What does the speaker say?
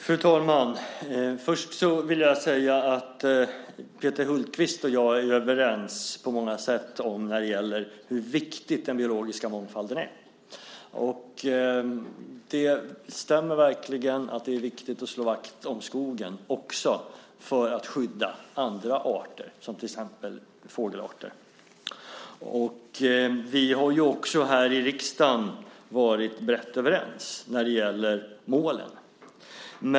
Fru talman! Peter Hultqvist och jag är överens på många sätt när det gäller hur viktig den biologiska mångfalden är. Det stämmer att det är viktigt att slå vakt om skogen också för att skydda till exempel fågelarter. Vi har ju här i riksdagen varit rätt överens när det gäller målen.